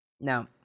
Now